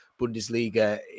Bundesliga